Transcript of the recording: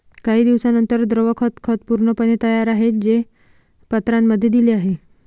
काही दिवसांनंतर, द्रव खत खत पूर्णपणे तयार आहे, जे पत्रांमध्ये दिले आहे